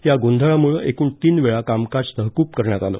या गोंधळामुळं एकूण तीनवेळा कामकाज तहकूब करण्यात आलं